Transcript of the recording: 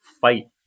fight